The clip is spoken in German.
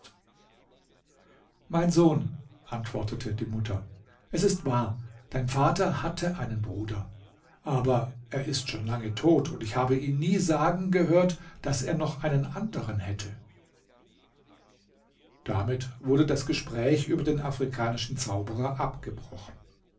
mein sohn antwortete die mutter es ist wahr dein vater hatte einen bruder aber er ist schon lange tot und ich habe ihn nie sagen gehört daß er noch einen anderen hätte damit wurde das gespräch über den afrikanischen zauberer abgebrochen